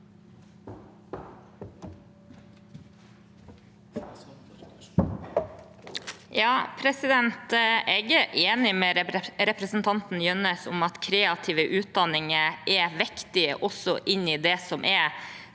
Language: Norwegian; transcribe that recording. Jeg er enig med representanten Jønnes i at kreative utdanninger er viktig også i det som er